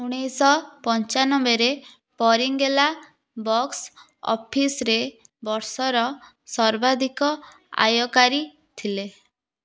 ଉନେଇଶି ଶହ ପଞ୍ଚାନବେରେ ପରିଙ୍ଗେଲା ବକ୍ସ ଅଫିସ୍ରେ ବର୍ଷର ସର୍ବାଧିକ ଆୟକାରୀ ଥିଲେ